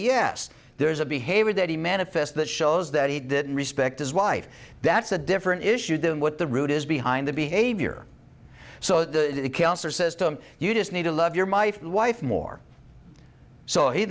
yes there's a behavior that he manifest that shows that he didn't respect his wife that's a different issue than what the root is behind the behavior so the answer system you just need to love your my wife more so he